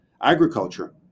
agriculture